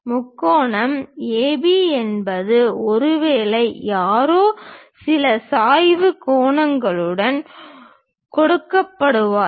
முக்கோணம் AB என்பது ஒருவேளை யாரோ சில சாய்வு கோணங்களுடன் கொடுக்கப்படுவார்கள்